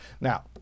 Now